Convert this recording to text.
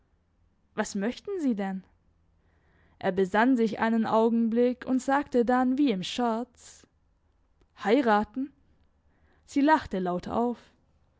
was möchten sie denn er besann sich einen augenblick und sagte dann wie im scherz heiraten sie lachte laut auf